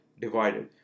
divided